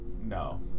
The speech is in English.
No